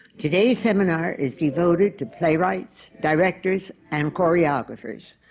today's seminar is devoted to playwrights, directors and choreographers.